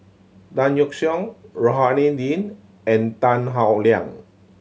Tan Yeok Seong Rohani Din and Tan Howe Liang